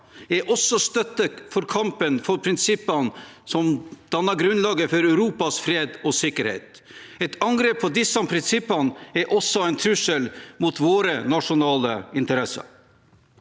er også støtte til kampen for prinsippene som danner grunnlaget for Europas fred og sikkerhet. Et angrep på disse prinsippene er også en trussel mot våre nasjonale interesser.